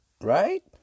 Right